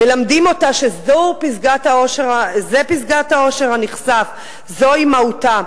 מלמדים אותה שזה פסגת האושר הנכסף, זו מהותה.